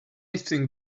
think